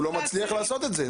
הוא לא מצליח לעשות את זה.